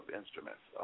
instruments